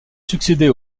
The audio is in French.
succéder